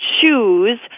choose